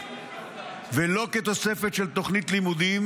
ולא כתוספת של תוכנית לימודים,